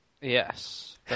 Yes